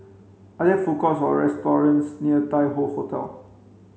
are there food courts or restaurants near Tai Hoe Hotel